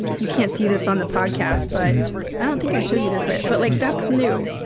you can't see this on the podcast, but i don't think i showed you this. but like, that's new.